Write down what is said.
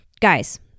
guys